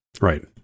Right